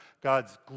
God's